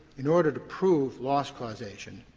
in order to prove loss causation,